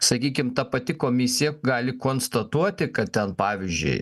sakykim ta pati komisija gali konstatuoti kad ten pavyzdžiui